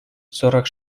сорок